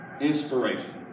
inspiration